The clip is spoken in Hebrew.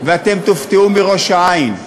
ואתם תופתעו מראש-העין,